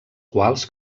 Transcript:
quals